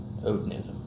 Odinism